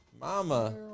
Mama